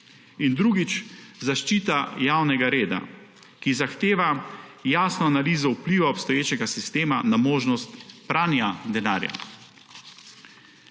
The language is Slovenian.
In drugič, zaščita javnega reda, ki zahteva jasno analizo vpliva obstoječega sistema na možnost pranja denarja.